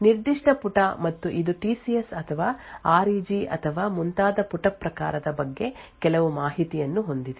ನಿರ್ದಿಷ್ಟ ಪುಟ ಮತ್ತು ಇದು ಟಿ ಸಿ ಎಸ್ ಅಥವಾ ಆರ್ ಇ ಜಿ ಅಥವಾ ಮುಂತಾದ ಪುಟ ಪ್ರಕಾರದ ಬಗ್ಗೆ ಕೆಲವು ಮಾಹಿತಿಯನ್ನು ಹೊಂದಿದೆ